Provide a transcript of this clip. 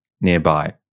nearby